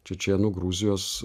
čečėnų gruzijos